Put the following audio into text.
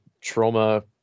trauma